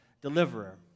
deliverer